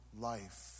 life